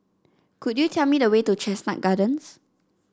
could you tell me the way to Chestnut Gardens